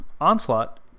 Onslaught